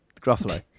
Gruffalo